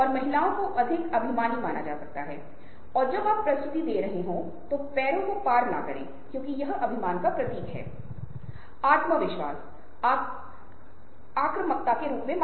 तब सिद्धांत हमें बताता है कि यदि उनके पास 1 2 3 4 5 6 जैसे मध्यस्थ हैं तो अगर मैं हमारे प्रधान मंत्री से संपर्क करना चाहता हूं